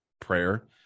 prayer